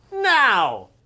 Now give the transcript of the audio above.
now